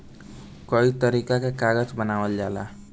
कई तरीका के कागज बनावल जाला